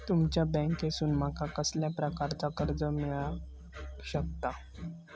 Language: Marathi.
तुमच्या बँकेसून माका कसल्या प्रकारचा कर्ज मिला शकता?